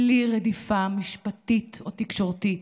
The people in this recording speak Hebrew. בלי רדיפה משפטית או תקשורתית,